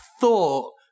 thought